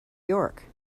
york